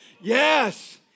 Yes